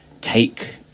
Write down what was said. take